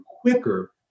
quicker